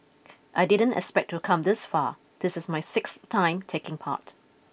I didn't expect to come this far this is my sixth time taking part